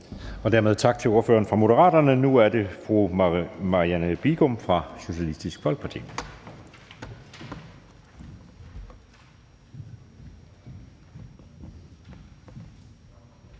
Dermed tak til ordføreren for Moderaterne. Nu er det fru Marianne Bigum fra Socialistisk Folkeparti.